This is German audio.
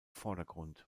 vordergrund